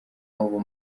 ubu